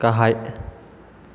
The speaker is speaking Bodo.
गाहाय